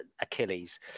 Achilles